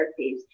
therapies